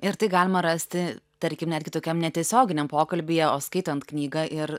ir tai galima rasti tarkim netgi tokiam netiesioginiam pokalbyje o skaitant knygą ir